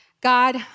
God